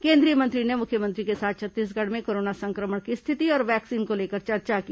केंद्रीय मंत्री ने मुख्यमंत्री के साथ छत्तीसगढ़ में कोरोना संक्रमण की स्थिति और वैक्सीन को लेकर चर्चा की